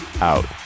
out